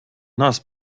нас